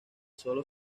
sólo